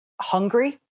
hungry